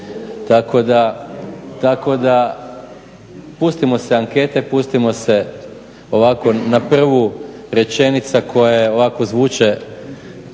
Tako da pustimo se ankete, pustimo se ovako na prvu rečenica koje ovako zvuče